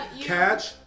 catch